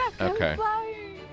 Okay